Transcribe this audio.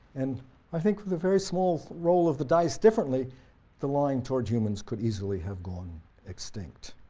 and i think with a very small role of the dice differently the line towards humans could easily have gone extinct.